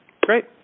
Great